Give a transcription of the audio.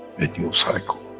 a new cycle,